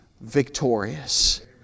victorious